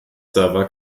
server